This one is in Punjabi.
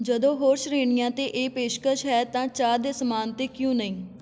ਜਦੋਂ ਹੋਰ ਸ਼੍ਰੇਣੀਆਂ 'ਤੇ ਇਹ ਪੇਸ਼ਕਸ਼ ਹੈ ਤਾਂ ਚਾਹ ਦੇ ਸਮਾਨ 'ਤੇ ਕਿਉਂ ਨਹੀਂ